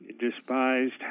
despised